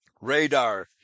radar